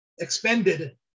expended